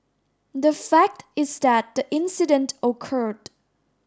the fact is that the incident occurred